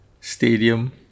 stadium